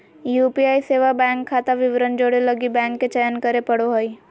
UPI सेवा bank खाता विवरण जोड़े लगी बैंक के चयन करे पड़ो हइ